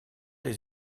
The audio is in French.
les